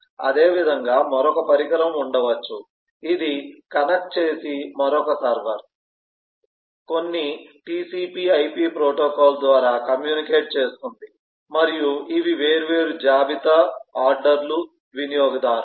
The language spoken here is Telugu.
అదేవిధంగా మరొక పరికరం ఉండవచ్చు ఇది కనెక్ట్ చేసే మరొక సర్వర్ కొన్ని టిసిపి ఐపి ప్రోటోకాల్ ద్వారా కమ్యూనికేట్ చేస్తుంది మరియు ఇవి వేర్వేరు జాబితా ఆర్డర్లు వినియోగదారులు